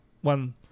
one